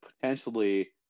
potentially